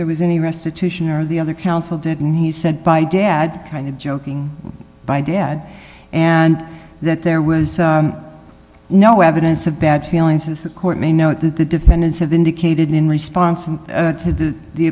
there was any restitution or the other counsel did and he said by dad kind of joking by dad and that there was no evidence of bad feelings as the court may know that the defendants have indicated in response to the